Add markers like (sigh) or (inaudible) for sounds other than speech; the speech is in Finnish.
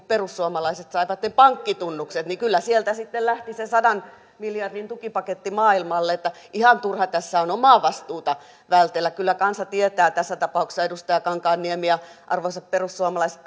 (unintelligible) perussuomalaiset saivat ne pankkitunnukset niin kyllä sieltä sitten lähti se sadan miljardin tukipaketti maailmalle että ihan turha tässä on omaa vastuuta vältellä kyllä kansa tietää tässä tapauksessa edustaja kankaanniemi ja arvoisat perussuomalaiset (unintelligible)